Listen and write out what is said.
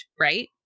Right